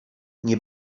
nie